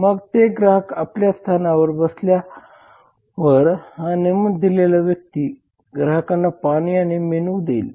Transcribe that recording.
मग ते ग्राहक आपल्या स्थानावर बसल्यावर हा नेमून दिलेला व्यक्ती ग्राहकांना पाणी आणि मेनू देईल